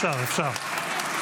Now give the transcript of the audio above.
אפשר, אפשר.